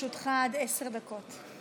20 דקות.